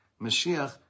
Mashiach